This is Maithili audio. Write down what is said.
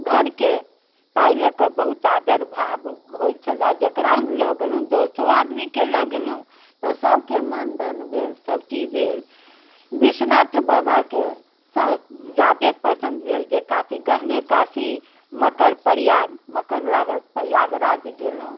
घरके ताहि लऽ कऽ बहुत आदर भाव होइ छलै जकरा हम लऽ गेलहुँ दसो आदमीके लऽ गेलहुँ तऽ सबके मानदान भेल सब चीज भेल विश्वनाथ बाबाके सब ज्यादे पसन्द भेल जे काशी गहने काशी मकर प्रयाग मकर लागल प्रयागराज गेलहुँ